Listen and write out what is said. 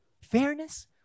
Fairness